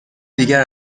دیگر